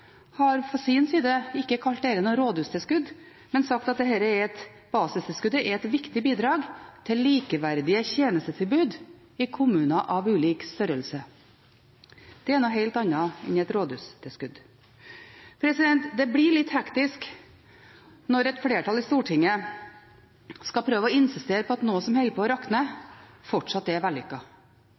ikke har kalt dette noe rådhustilskudd, men sagt at basistilskuddet er «et viktig bidrag til likeverdig tjenestetilbud i kommuner av ulik størrelse.» Det er noe helt annet enn et rådhustilskudd. Det blir litt hektisk når et flertall i Stortinget skal prøve å insistere på at noe som holder på å rakne, fortsatt